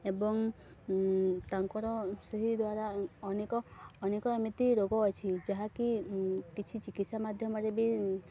ଏବଂ ତାଙ୍କର ସେହି ଦ୍ୱାରା ଅନେକ ଅନେକ ଏମିତି ରୋଗ ଅଛି ଯାହାକି କିଛି ଚିକିତ୍ସା ମାଧ୍ୟମରେ ବି